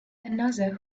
another